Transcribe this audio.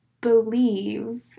believe